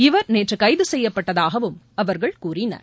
இவர் நேற்று கைது செய்யப்பட்டதாகவும் அவர்கள் கூறினர்